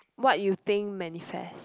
what you think manifests